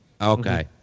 Okay